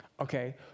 Okay